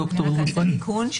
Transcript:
תיקון.